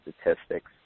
statistics